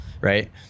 right